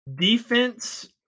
defense